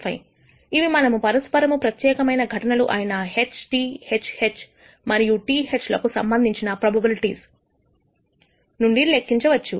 75ఇవి మనము పరస్పరము ప్రత్యేక ఘటనలు అయిన HTHH మరియు TH లకు సంబంధించిన ప్రొబబిలిటీస్ నుండి లెక్కించవచ్చు